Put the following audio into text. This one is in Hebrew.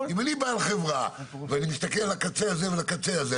אם אני בעל חברה ואני מסתכל על הקצה הזה ועל הקצה הזה,